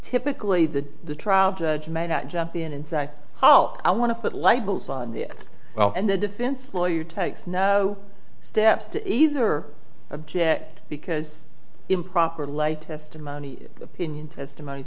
typically the the trial judge may not jump in and say oh i want to put labels on the well and the defense lawyer takes no steps to either object because improper light testimony opinion